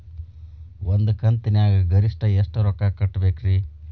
ಒಂದ್ ಕಂತಿನ್ಯಾಗ ಗರಿಷ್ಠ ಎಷ್ಟ ರೊಕ್ಕ ಕಟ್ಟಬೇಕ್ರಿ?